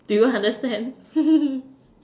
do you understand